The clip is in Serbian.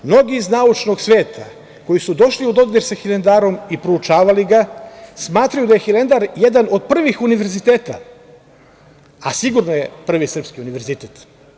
Mnogi iz naučnog sveta koji su došli u dodir sa Hilandarom i proučavali ga, smatraju da je Hilandar jedan od prvih univerziteta, a sigurno je prvi srpski univerzitet.